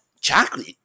chocolate